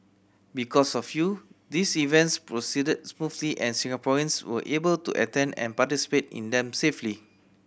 because of you these events proceeded smoothly and Singaporeans were able to attend and participate in them safely